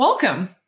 Welcome